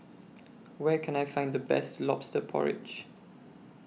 Where Can I Find The Best Lobster Porridge